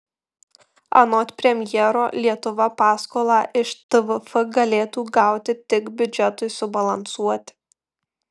anot premjero lietuva paskolą iš tvf galėtų gauti tik biudžetui subalansuoti